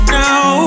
now